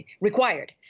required